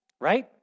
right